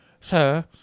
Sir